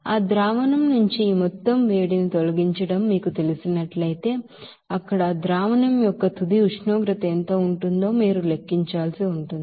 ఆ సొల్యూషన్ నుంచి ఈ మొత్తం వేడిని తొలగించడం మీకు తెలిసినట్లయితే అక్కడ ఆ ಸೊಲ್ಯೂಷನ್ద్రావణం యొక్క తుది ఉష్ణోగ్రత ఎంత ఉంటుందో మీరు లెక్కించాల్సి ఉంటుంది